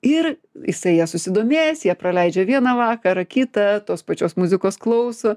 ir jisai ja susidomėjęs jie praleidžia vieną vakarą kitą tos pačios muzikos klauso